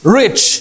rich